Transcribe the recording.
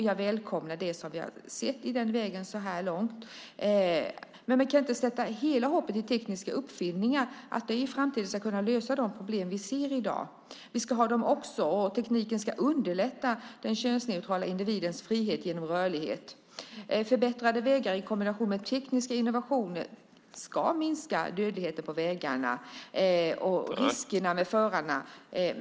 Jag välkomnar det som vi har sett i den vägen så här långt. Men vi kan inte sätta hela hoppet till tekniska uppfinningar, att det i framtiden ska kunna lösa de problem vi ser i dag. Vi ska ha dem också, och tekniken ska underlätta den individens frihet genom rörlighet oavsett kön. Förbättrade vägar i kombination med tekniska innovationer ska minska dödligheten på vägarna och riskerna med förarna.